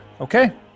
Okay